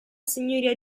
signoria